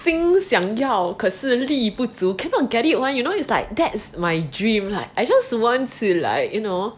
心想要可是力不足 cannot get it [one] you know it's like that is my dream I just want to like you know